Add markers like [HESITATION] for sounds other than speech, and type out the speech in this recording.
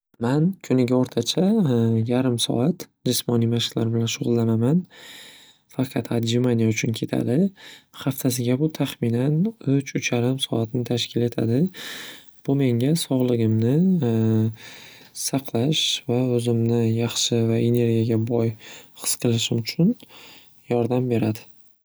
Man kuniga o'rtacha [HESITATION] yarim soat jismoniy mashqlar bilan shug'illanaman. Faqat otjimaniya uchun ketadi. Xaftasiga bu tahminan uch, uch yarim soatni tashkil etadi. Bu menga sog'ligimni [HESITATION] saqlash va o'zimni yaxshi va energiyaga boy his qilishim uchun yordam beradi.